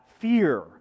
Fear